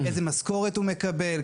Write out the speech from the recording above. איזה משכורת הוא מקבל,